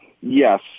Yes